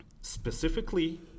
specifically